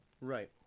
Right